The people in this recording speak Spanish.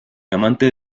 amante